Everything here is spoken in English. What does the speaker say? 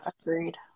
agreed